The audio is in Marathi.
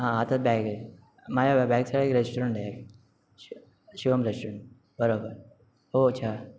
हां हातात बॅग आहे माझ्या बॅक साईडला रेस्टॉरंट आहे एक शिवम् रेस्टॉरंट बरोबर हो अच्छा